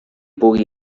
pugui